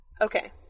Okay